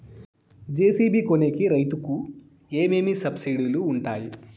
JCB కొనేకి రైతుకు ఏమేమి సబ్సిడి లు వుంటాయి?